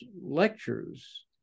lectures